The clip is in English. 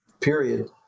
period